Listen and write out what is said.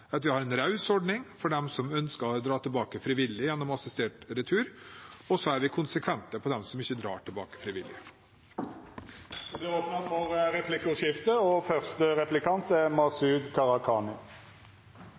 at vi har en raus ordning for dem som ønsker å dra tilbake frivillig gjennom assistert retur, og at vi er konsekvente mot dem som ikke drar tilbake frivillig. Det vert replikkordskifte. Mennesker som får avslag på asylsøknaden sin og